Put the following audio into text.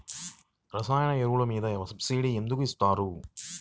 రసాయన ఎరువులు మీద సబ్సిడీ ఎందుకు ఇస్తారు?